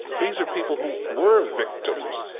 these are people who were victims.